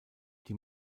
die